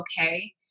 okay